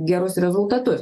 gerus rezultatus